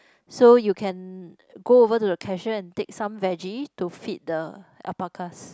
so you can go over to the cashier and take some vege to feed the alpacas